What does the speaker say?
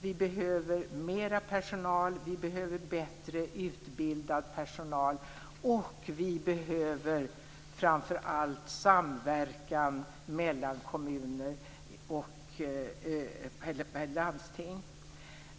Vi behöver mera personal och vi behöver bättre utbildad personal: Men framför allt behöver vi en samverkan mellan kommuner och landsting.